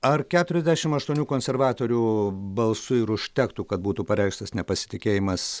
ar keturiasdešim aštuonių konservatorių balsų ir užtektų kad būtų pareikštas nepasitikėjimas